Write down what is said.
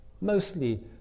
mostly